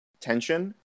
Tension